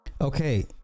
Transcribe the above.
Okay